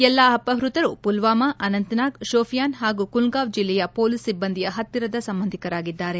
ಎಲ್ಲ ಅಪಹ್ಯತರು ಪುಲ್ವಾಮಾ ಅನಂತ್ನಾಗ್ ಶೋಫಿಯಾನ್ ಹಾಗೂ ಕುಲ್ಗಾಂವ್ ಜಿಲ್ಲೆಯ ಪೊಲೀಸ್ ಸಿಬ್ಬಂದಿಯ ಹತ್ತಿರದ ಸಂಬಂಧಿಕರಾಗಿದ್ದಾರೆ